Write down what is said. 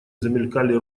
замелькали